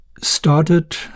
started